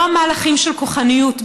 לא מהלכים של כוחניות,